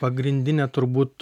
pagrindinė turbūt